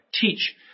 Teach